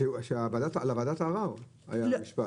על ועדת הערר היה המשפט.